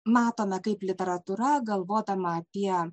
matome kaip literatūra galvodama apie